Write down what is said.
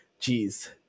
Jeez